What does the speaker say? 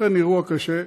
אכן אירוע קשה,